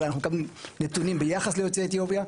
אנחנו מקבלים נתונים ביחס ליוצאי אתיופיה.